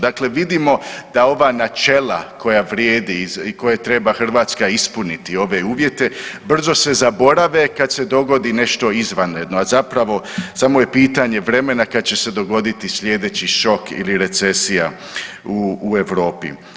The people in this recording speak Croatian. Dakle, vidimo da ova načela koja vrijede i koje treba Hrvatska ispuniti ove uvjete brzo se zaborave kad se dogodi nešto izvanredno, a zapravo samo je pitanje vremena kada će se dogoditi sljedeći šok ili recesija u Europi.